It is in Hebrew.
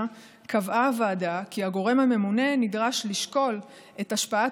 קבעה הוועדה כי הגורם הממונה נדרש לשקול את השפעת